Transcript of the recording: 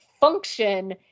function